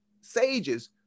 sages